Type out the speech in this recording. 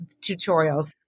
tutorials